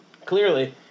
Clearly